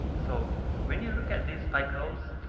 so when you look at these spike lows